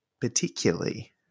particularly